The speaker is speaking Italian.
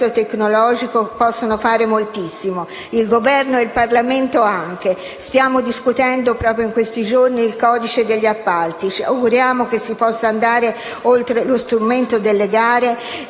tecnologico possono fare moltissimo; il Governo e il Parlamento anche. Stiamo discutendo in questi giorni il codice degli appalti. Ci auguriamo che si possa andare oltre lo strumento delle gare